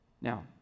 now